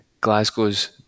Glasgow's